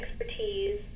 expertise